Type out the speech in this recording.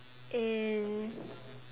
and